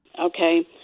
Okay